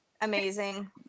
amazing